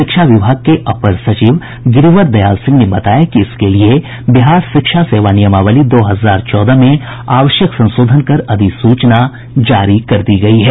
शिक्षा विभाग के अपर सचिव गिरिवर दयाल सिंह ने बताया कि इसके लिए बिहार शिक्षा सेवा नियमावली दो हजार चौदह में आवश्यक संशोधन कर अधिसूचना जारी कर दी गयी है